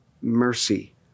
mercy